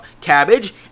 cabbage